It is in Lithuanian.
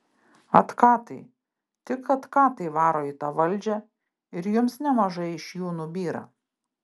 atkatai tik atkatai varo į tą valdžią ir jums nemažai iš jų nubyra